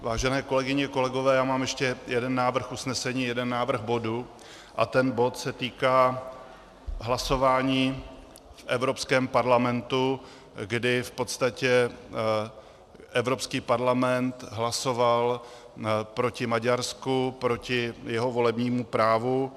Vážené kolegyně, kolegové, já mám ještě jeden návrh usnesení, jeden návrh bodu, a ten bod se týká hlasování v Evropském parlamentu, kdy v podstatě Evropský parlament hlasoval proti Maďarsku, proti jeho volebnímu právu.